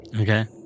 Okay